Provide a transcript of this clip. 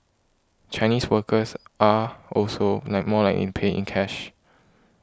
Chinese workers are also like more like in paying cash